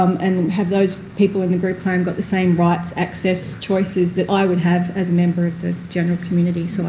and have those people in the group home got the same rights, access, choices that i would have as a member of the general community. so